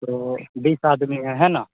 तो बीस आदमी है है ना